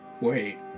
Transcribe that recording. Wait